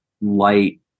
light